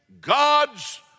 God's